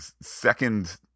second